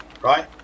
right